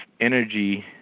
energy